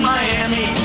Miami